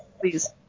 please